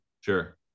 Sure